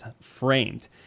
framed